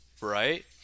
right